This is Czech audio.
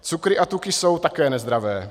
Cukry a tuky jsou také nezdravé.